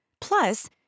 Plus